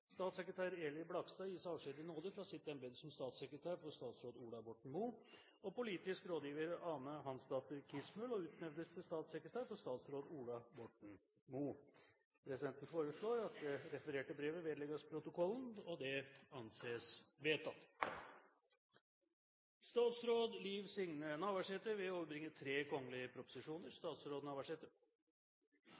statssekretær for statsråd Marit Arnstad. Statssekretær Eli Blakstad gis avskjed i nåde fra sitt embete som statssekretær for statsråd Ola Borten Moe. Politisk rådgiver Ane Hansdatter Kismul utnevnes til statssekretær for statsråd Ola Borten Moe.» Presidenten foreslår at det refererte brevet vedlegges protokollen. – Det anses vedtatt. Representanten Gunnar Gundersen vil